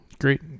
Great